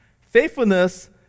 Faithfulness